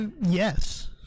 yes